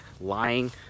lying